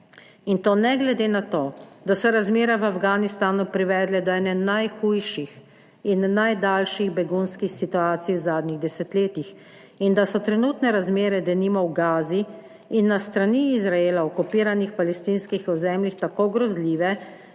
in to ne glede na to, da so razmere v Afganistanu privedle do ene najhujših in najdaljših begunskih situacij v zadnjih desetletjih. In da so trenutne razmere, denimo v Gazi in na strani Izraela okupiranih palestinskih ozemljih tako grozljive,